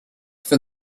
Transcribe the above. for